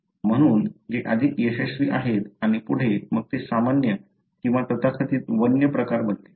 म्हणून ते अधिक यशस्वी आहेत आणि पुढे मग ते सामान्य किंवा तथाकथित वन्य प्रकार बनते